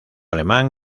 alemán